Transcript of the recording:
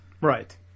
Right